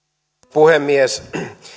puhemies